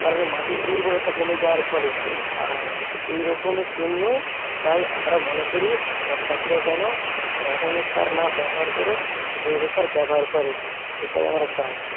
কারণ মাটির উর্বরতা কমে যাওয়ার ফলে আর এই রকমের জন্যই তাই আমরা মনে করি সব চাষিরাই যেন রাসায়নিক সার না ব্যবহার করে জৈব সার ব্যবহার করে সেটাই আমরা চাই